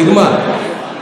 נגמר.